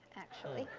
actually.